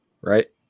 right